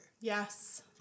Yes